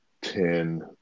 ten